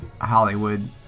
Hollywood